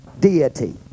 deity